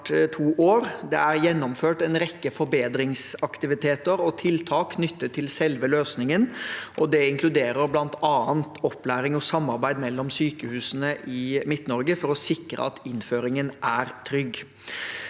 Det er gjennomført en rekke forbedringsaktiviteter og tiltak knyttet til selve løsningen. Det inkluderer bl.a. opplæring og samarbeid mellom sykehusene i Midt-Norge for å sikre at innføringen er trygg.